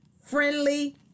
friendly